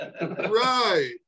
right